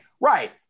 right